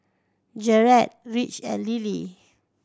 Jered Rich and Lillie